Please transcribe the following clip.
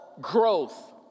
growth